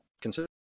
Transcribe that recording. consider